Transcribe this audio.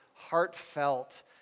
heartfelt